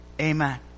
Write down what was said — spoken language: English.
Amen